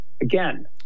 Again